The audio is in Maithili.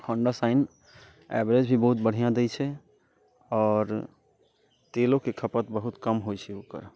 होंडा शाइन एवरेज भी बहुत बढ़िआँ दैत छै आओर तेलोके खपत बहुत कम होइ छै ओकर